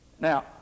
Now